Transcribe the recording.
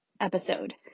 episode